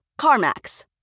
CarMax